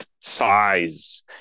size